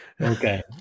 Okay